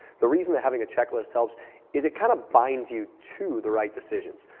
the reason that having a checklist helps is it kind of binds you to the right decisions.